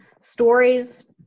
stories